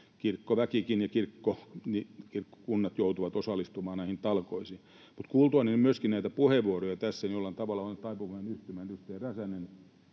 kirkkoväkikin ja kirkkokunnat joutuvat osallistumaan näihin talkoisiin. Mutta kuultuani myöskin näitä puheenvuoroja tässä jollain tavalla olen taipuvainen yhtymään edustaja Räsäsen